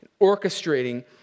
orchestrating